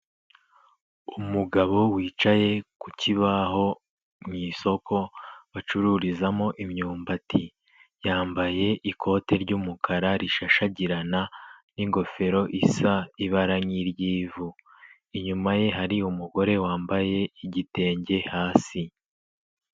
Umugabo wicaye ku kibaho mu isoko acururizamo imyumbati, yambaye ikote ry'umukara rishashagirana n'ingofero isa ibara nk'iry'ivu, inyuma ye hari umugore wambaye igitenge hasi.